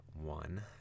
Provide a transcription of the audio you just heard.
one